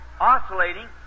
oscillating